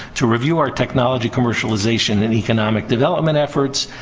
to review our technology, commercialization, and economic development efforts.